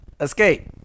escape